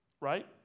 right